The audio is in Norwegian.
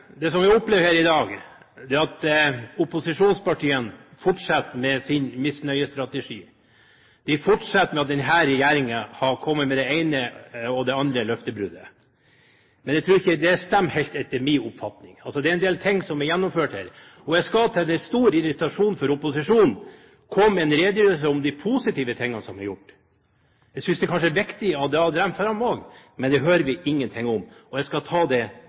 vi opplever her i dag, er at opposisjonspartiene fortsetter med sin misnøyestrategi. De fortsetter med å si at denne regjeringen har kommet med det ene løftebruddet etter det andre. Men jeg tror ikke det stemmer helt. Det er en del ting som er gjennomført. Jeg skal til stor irritasjon for opposisjonen komme med en redegjørelse om de positive tingene som er gjort. Jeg synes kanskje det er viktig å dra fram det også, men det hører vi ingenting om. Jeg skal ta det